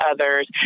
others